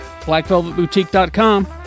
BlackVelvetBoutique.com